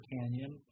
Canyon